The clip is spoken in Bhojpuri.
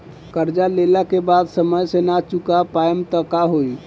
कर्जा लेला के बाद समय से ना चुका पाएम त का होई?